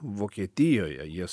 vokietijoje jie